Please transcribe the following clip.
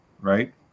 right